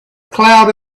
cloud